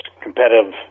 competitive